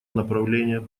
направление